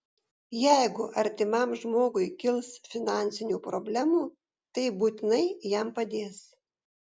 jeigu artimam žmogui kils finansinių problemų tai būtinai jam padės